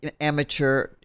amateur